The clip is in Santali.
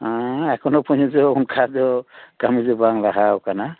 ᱮᱠᱷᱳᱱᱳ ᱯᱚᱡᱚᱱᱛᱳ ᱚᱱᱠᱟ ᱫᱚ ᱠᱟᱹᱢᱤ ᱫᱚ ᱵᱟᱝ ᱞᱟᱦᱟᱣ ᱟᱠᱟᱱᱟ